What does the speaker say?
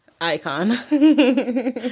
icon